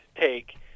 take